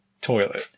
toilet